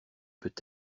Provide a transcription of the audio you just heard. peut